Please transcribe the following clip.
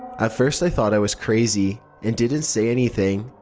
at first i thought i was crazy, and didn't say anything.